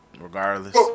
Regardless